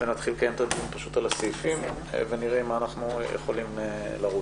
נתחיל לקיים את הדיון על הסעיפים ונראה עם מה אנחנו יכולים לרוץ.